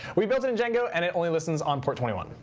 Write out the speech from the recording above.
we built it in django, and it only listens on port twenty one.